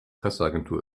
presseagentur